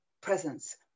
presence